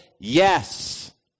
yes